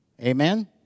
Amen